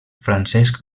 francesc